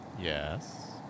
Yes